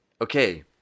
Okay